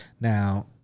now